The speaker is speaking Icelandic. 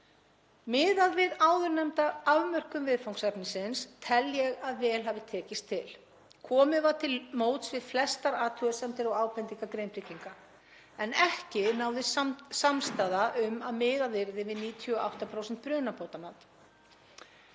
Miðað við áðurnefnda afmörkun viðfangsefnisins tel ég að vel hafi tekist til. Komið var til móts við flestar athugasemdir og ábendingar Grindvíkinga en ekki náðist samstaða um að miðað yrði við 98% brunabótamat.